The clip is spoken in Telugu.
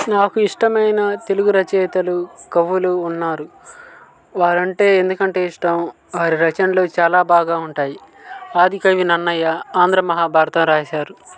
నాకు ఇష్టమైన తెలుగు రచయితలు కవులు ఉన్నారు వారు అంటే ఎందుకంటే ఇష్టం వారి రచనలు చాలా బాగా ఉంటాయి ఆదికవి నన్నయ్య ఆంధ్ర మహాభారతం రాశారు